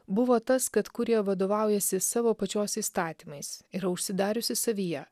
buvo tas kad kurija vadovaujasi savo pačios įstatymais yra užsidariusi savyje